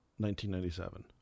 1997